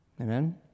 Amen